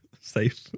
Safe